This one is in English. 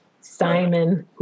Simon